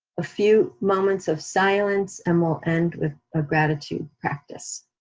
a few moments of silence, and we'll end with a gratitude practice.